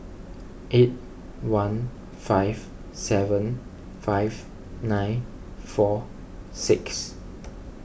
eight one five seven five nine four six